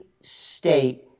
state